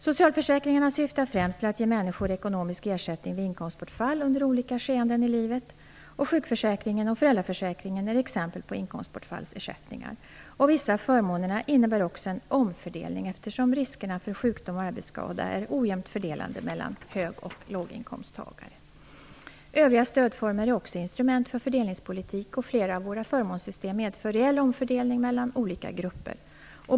Socialförsäkringarna syftar främst till att ge människor ekonomisk ersättning vid inkomstbortfall under olika skeenden i livet. Sjukförsäkringen och föräldraförsäkringen är exempel på inkomstbortfallsersättningar. Vissa av förmånerna innebär också en omfördelning, eftersom riskerna för sjukdom och arbetsskada är ojämnt fördelade mellan hög och låginkomsttagare. Övriga stödformer är också instrument för fördelningspolitik. Flera av våra förmånssystem medför reell omfördelning mellan olika grupper.